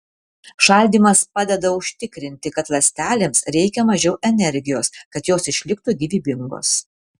šaldymas padeda užtikrinti kad ląstelėms reikia mažiau energijos kad jos išliktų gyvybingos